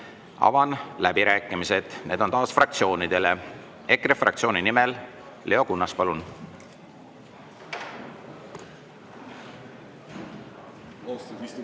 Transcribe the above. Avan läbirääkimised, need on taas fraktsioonidele. EKRE fraktsiooni nimel Leo Kunnas, palun!